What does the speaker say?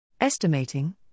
Estimating